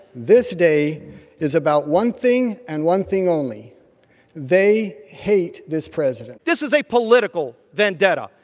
this day is about one thing and one thing only they hate this president this is a political vendetta.